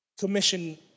Commission